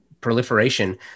proliferation